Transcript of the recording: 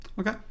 Okay